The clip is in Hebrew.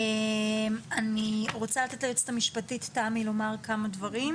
אני רוצה לתת ליועצת המשפטית לומר כמה דברים.